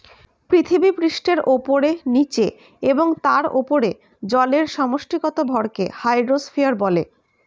পৃথিবীপৃষ্ঠের উপরে, নীচে এবং তার উপরে জলের সমষ্টিগত ভরকে হাইড্রোস্ফিয়ার বলে